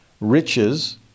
Riches